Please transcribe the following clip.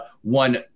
one